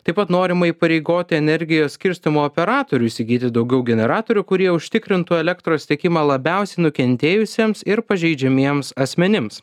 taip pat norima įpareigoti energijos skirstymo operatorių įsigyti daugiau generatorių kurie užtikrintų elektros tiekimą labiausiai nukentėjusiems ir pažeidžiamiems asmenims